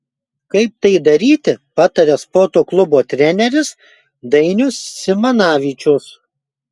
kaip tai daryti pataria sporto klubo treneris dainius simanavičius